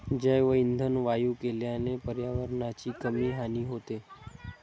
जैवइंधन वायू केल्याने पर्यावरणाची कमी हानी होते